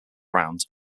round